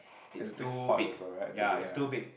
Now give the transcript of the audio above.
is a bit hot also right to be ya